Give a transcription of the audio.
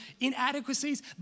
inadequacies